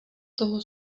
toho